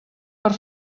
per